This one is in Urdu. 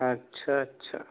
اچھا اچھا